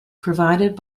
provided